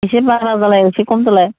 एसे बारा जालाय एसे खम जालाय